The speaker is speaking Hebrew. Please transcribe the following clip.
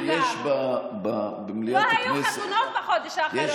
לא היו חתונות בחודש האחרון.